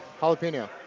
jalapeno